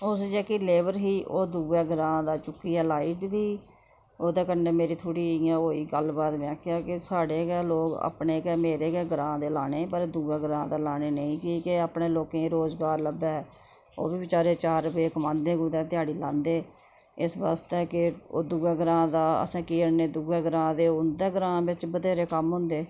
उस जेह्की लेवर ही ओह् दुए ग्रांऽ दा चुक्कियै लाई ओड़ी ही ओह्दे कन्नै मेरी थोह्ड़ी इ'यां होई गल्लबात में आखेआ के साढ़े गै लोक अपने मेरे गै ग्रांऽ दे लाने पर दुए ग्रांऽ दे लाने नेईं कि के अपने लोकें गी रोज़गार लब्भै ओह् बी बचैरे चार रपेऽ कमांदे कुदै ध्याड़ी लांदे इस वास्तै कि ओह् दुए ग्रांऽ दा असें केह् आह्नने दुए ग्रांऽ दे उंदे ग्रांऽ बिच्च बथेरे कम्म होंदे